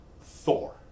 Thor